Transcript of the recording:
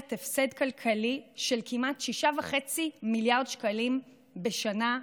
הפסד כלכלי לקופת המדינה של כמעט 6.5 מיליארד שקלים בשנה.